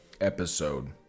episode